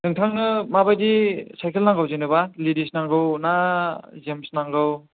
नोंथांनो माबायदि साइकेल नांगौ जेनेबा लेडिस नांगौना जेन्स नांगौ